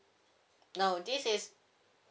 no this is